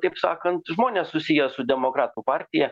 taip sakant žmonės susiję su demokratų partija